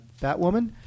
Batwoman